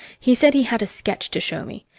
he said he had a sketch to show me.